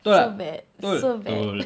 betul tak betul betul